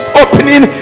opening